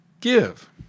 give